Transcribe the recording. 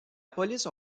police